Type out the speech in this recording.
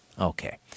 Okay